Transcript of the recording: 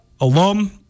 alum